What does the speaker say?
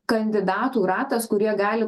kandidatų ratas kurie gali